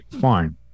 fine